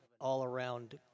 all-around